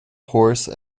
horse